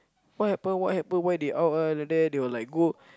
what happen what happen why they out ah like that they were like go